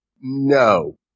No